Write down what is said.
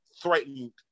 threatened